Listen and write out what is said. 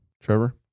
Trevor